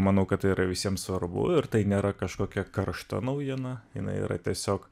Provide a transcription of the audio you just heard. manau kad tai yra visiem svarbu ir tai nėra kažkokia karšta naujiena jinai yra tiesiog